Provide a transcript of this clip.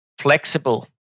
flexible